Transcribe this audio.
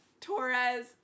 Torres